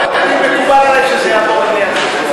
מקובל עלי שזה יעבור לוועדה,